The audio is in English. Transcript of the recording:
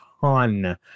ton